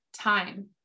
time